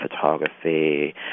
photography